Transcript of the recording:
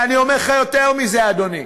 ואני אומר לך יותר מזה, אדוני: